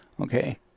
Okay